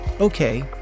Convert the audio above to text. Okay